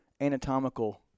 anatomical